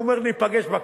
אני אומר: ניפגש בקלפי.